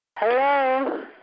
Hello